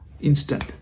Instant